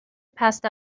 passed